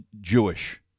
jewish